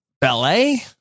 Ballet